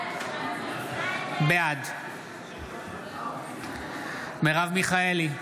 בעד מרב מיכאלי,